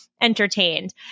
entertained